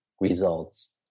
results